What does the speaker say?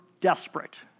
desperate